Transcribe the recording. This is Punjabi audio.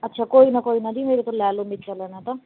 ਅੱਛਾ ਕੋਈ ਨਾ ਕੋਈ ਨਾ ਜੀ ਮੇਰੇ ਤੋਂ ਲੈ ਲਓ ਮੇਚਾ ਲੈਣਾ ਤਾਂ